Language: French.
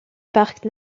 parc